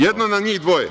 Jedna na njih dvoje?